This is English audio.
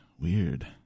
weird